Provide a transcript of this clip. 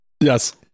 Yes